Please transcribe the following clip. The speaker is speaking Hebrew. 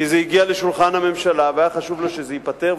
כי זה הגיע לשולחן הממשלה והיה חשוב לו שזה ייפתר,